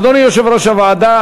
אדוני יושב-ראש הוועדה,